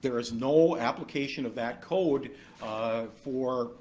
there is no application of that code for